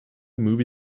movie